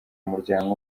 umuryango